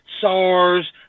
SARS